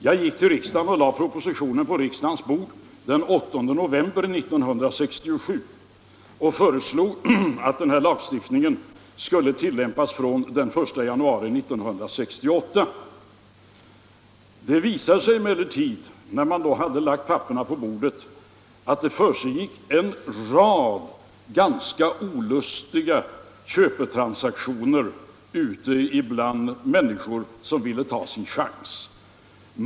Jag lade propositionen på riksdagens bord den 8 november 1967 och föreslog att denna lagstiftning skulle tillämpas från den 1 januari 1968. Det visade sig emellertid, när man då hade lagt papperen på bordet, att det försiggick en rad ganska olustiga köpetransaktioner ute bland människor som ville ta sin chans.